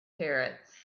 parrots